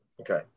Okay